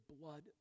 blood